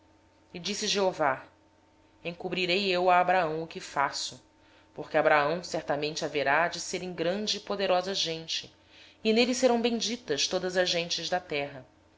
e disse o senhor ocultarei eu a abraão o que faço visto que abraão certamente virá a ser uma grande e poderosa nação e por meio dele serão benditas todas as nações da terra